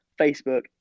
facebook